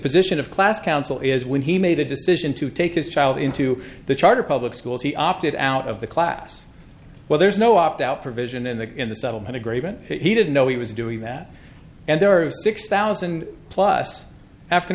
position of class council is when he made the decision to take his child into the charter public schools he opted out of the class well there's no opt out provision in the in the settlement agreement he didn't know he was doing that and there are six thousand plus african